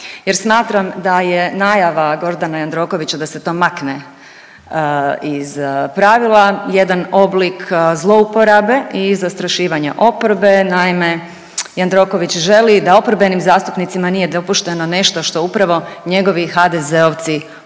jer smatram da je najava Gordana Jandrokovića da se to makne iz pravila, jedan oblik zlouporabe i zastrašivanja oporbe. Naime, Jandroković želi da oporbenim zastupnicima nije dopušteno nešto što upravo njegovi HDZ-ovci obilato